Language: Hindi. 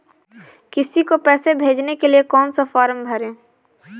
किसी को पैसे भेजने के लिए कौन सा फॉर्म भरें?